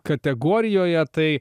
kategorijoje tai